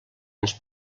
ens